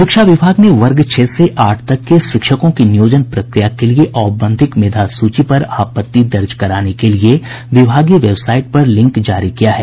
शिक्षा विभाग ने वर्ग छह से आठ तक के शिक्षकों की नियोजन प्रक्रिया के लिए औपबंधिक मेधा सूची पर आपत्ति दर्ज कराने के लिए विभागीय वेबसाईट पर लिंक जारी किया है